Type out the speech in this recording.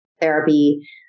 therapy